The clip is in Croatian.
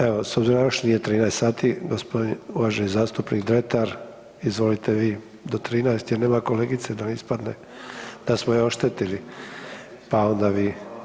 Evo s obzirom da još nije 13 sati gospodin uvaženi zastupnik Dretar izvolite vi do 13 jer nema kolegice da ne ispadne da smo je oštetili, pa onda vi.